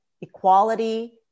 equality